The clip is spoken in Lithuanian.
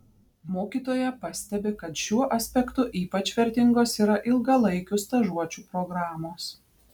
mokytoja pastebi kad šiuo aspektu ypač vertingos yra ilgalaikių stažuočių programos